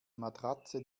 matratze